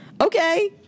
Okay